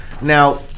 now